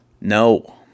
No